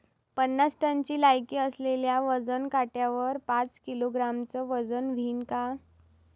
पन्नास टनची लायकी असलेल्या वजन काट्यावर पाच किलोग्रॅमचं वजन व्हईन का?